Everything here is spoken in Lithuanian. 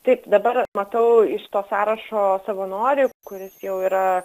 taip dabar matau iš to sąrašo savanorį kuris jau yra